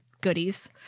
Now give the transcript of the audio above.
goodies